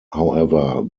however